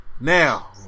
Now